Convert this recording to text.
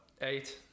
eight